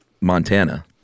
Montana